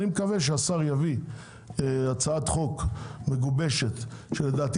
אני מקווה שהשר יביא הצעת חוק מגובשת שלדעתי